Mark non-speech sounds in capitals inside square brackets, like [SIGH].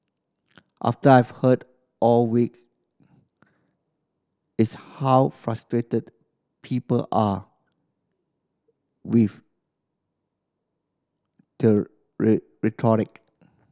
after I've heard all weeks is how frustrated people are with [UNINTELLIGIBLE] rhetoric